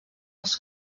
els